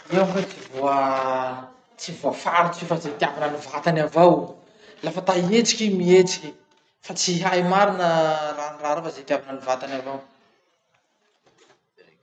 Io koahy tsy voa tsy voafaritsy io fa zay itiavany vatany avao. Laha fa te hihetsiky i mihetsiky, fa tsy hay marina rahany raha reo fa zay itiavany any vatany avao.